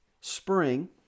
spring